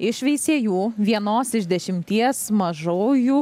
iš veisiejų vienos iš dešimties mažųjų